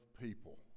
people